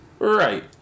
Right